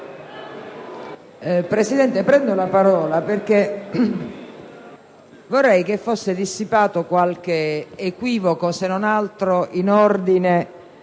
Presidente, prendo la parola perché vorrei che fosse dissipato qualche equivoco, se non altro in ordine